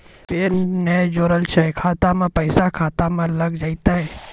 Pan ने जोड़लऽ छै खाता मे पैसा खाता मे लग जयतै?